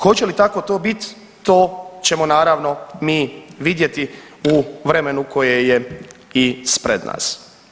Hoće li tako to bit to ćemo naravno mi vidjeti u vremenu koje je ispred nas.